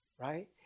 right